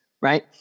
right